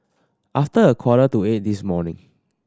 after a quarter to eight this morning